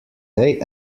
day